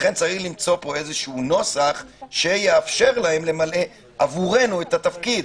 לכן צריך למצוא פה איזשהו נוסח שיאפשר להם למלא עבורנו את התפקיד,